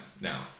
now